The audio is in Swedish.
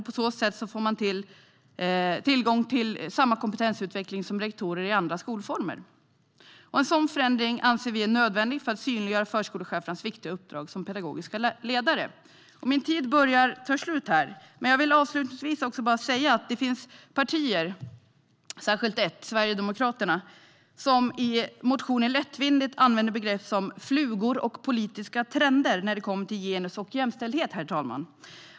På så sätt får de tillgång till samma kompetensutveckling som rektorer i andra skolformer, och en sådan förändring anser vi är nödvändig för att synliggöra förskolechefernas uppdrag som pedagogiska ledare. Min talartid börjar ta slut. Jag vill avslutningsvis bara säga att det finns partier - särskilt ett, nämligen Sverigedemokraterna - som i motioner lättvindigt använder begrepp som "flugor" och "politiska trender" när det kommer till genus och jämställdhet, herr talman.